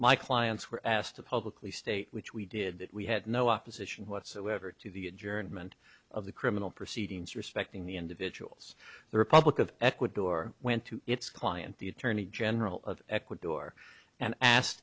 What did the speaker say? my clients were asked to publicly state which we did that we had no opposition whatsoever to the adjournment of the criminal proceedings respecting the individuals the republic of ecuador went to its client the attorney general of ecuador and asked